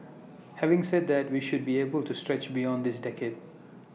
having said that we should be able to stretch beyond this decade